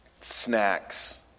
snacks